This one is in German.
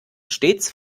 stets